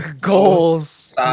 Goals